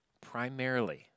primarily